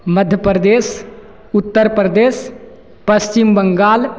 Madhya Pradesh Uttar Pradesh Pashchim Bengal